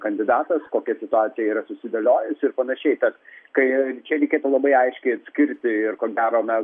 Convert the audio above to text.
kandidatas kokia situacija yra susidėliojusi ir panašiai tad kai reikėtų labai aiškiai atskirti ir ko gero mes